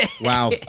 wow